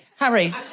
Harry